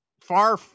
far